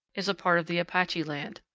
is a part of the apache land.